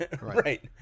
right